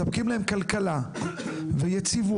מספקים להם כלכלה ויציבות,